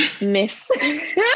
miss